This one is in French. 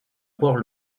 port